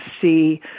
see